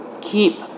Keep